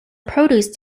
produce